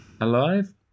Alive